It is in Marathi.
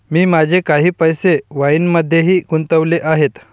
मी माझे काही पैसे वाईनमध्येही गुंतवले आहेत